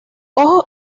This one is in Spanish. ojos